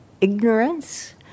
Ignorance